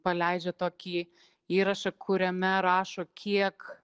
paleidžia tokį įrašą kuriame rašo kiek